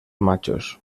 machos